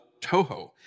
Toho